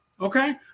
okay